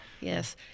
Yes